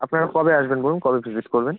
আপনারা কবে আসবেন বলুন কবে ভিজিট করবেন